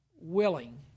willing